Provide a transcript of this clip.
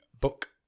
book